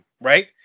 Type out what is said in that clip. right